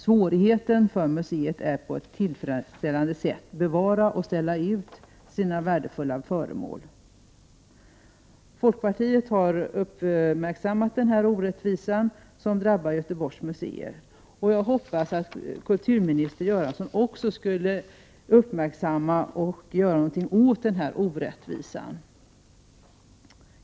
Svårigheten för museet är att på ett tillfredsställande sätt bevara och ställa ut sina värdefulla föremål. Folkpartiet har uppmärksammat denna orättvisa, som drabbar Göteborgs museer. Jag hoppas att kulturminister Göransson också uppmärksammar och gör någonting åt denna orättvisa.